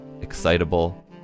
excitable